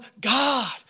God